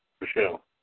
Michelle